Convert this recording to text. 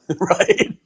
right